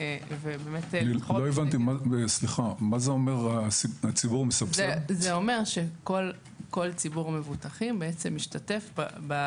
זה אומר שכל ציבור מבוטחים משתתף.